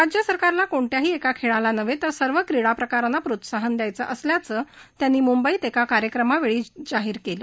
राज्य सरकारला कोणत्याही एका खेळाला नव्हे तर सर्व क्रीडा प्रकारांना प्रोत्साहन दयायचं असल्याचं त्यांनी मुंबईत एका कार्यक्रमावेळी जाहीर केलं